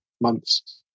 months